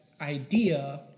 idea